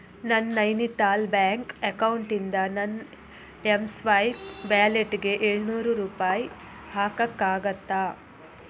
ನನ್ನ ನೈನಿತಾಲ್ ಬ್ಯಾಂಕ್ ಎಕೌಂಟಿಂದ ನನ್ನ ಎಂ ಸ್ವೈಪ್ ವ್ಯಾಲೆಟ್ಗೆ ಏಳ್ನೂರು ರೂಪಾಯಿ ಹಾಕೋಕ್ಕಾಗತ್ತಾ